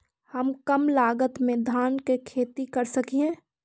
हम कम लागत में धान के खेती कर सकहिय?